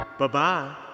Bye-bye